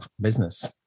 business